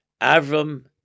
Avram